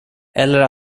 eller